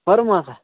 فرماو سا